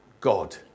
God